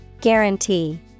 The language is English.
Guarantee